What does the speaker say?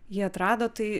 jį atrado tai